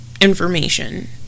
information